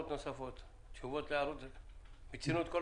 מה